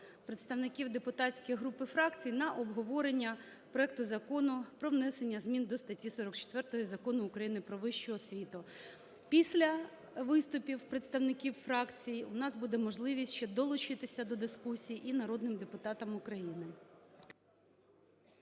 представників депутатських груп і фракцій на обговорення проекту Закону про внесення змін до статті 44 Закону України "Про вищу освіту". Після виступів представників фракцій в нас буде можливість ще долучитися до дискусії і народним депутатам України.